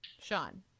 sean